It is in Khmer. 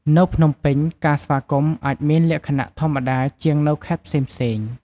នៅភ្នំពេញ ការស្វាគមន៍អាចមានលក្ខណៈធម្មតាជាងនៅខេត្តផ្សេងៗ។